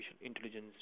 intelligence